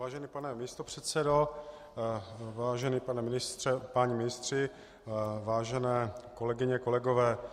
Vážený pane místopředsedo, vážený pane ministře, páni ministři, vážené kolegyně, kolegové.